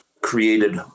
created